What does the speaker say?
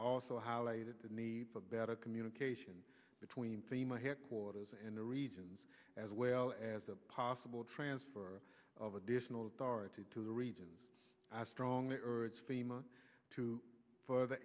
also highlighted the need for better communication between thema headquarters and the regions as well as a possible transfer of additional authority to the regions i strongly urge fema to furthe